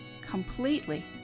completely